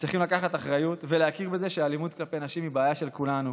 צריכים לקחת אחריות ולהכיר בזה שהאלימות כלפי נשים היא בעיה של כולנו.